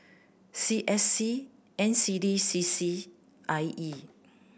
C S C N C D C C I E